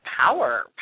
power